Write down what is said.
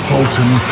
Sultan